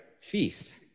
Feast